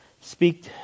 speak